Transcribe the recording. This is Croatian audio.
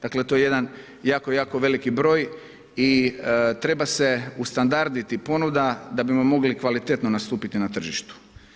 Dakle to je jedan jako, jako veliki broj i treba se ustandarditi ponuda da bismo mogli kvalitetno nastupiti na tržištu.